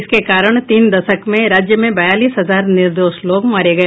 इसके कारण तीन दशक में राज्य में बयालीस हजार निर्दोष लोग मारे गए